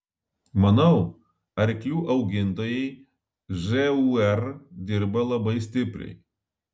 manau arklių augintojai žūr dirba labai stipriai